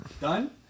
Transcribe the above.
Done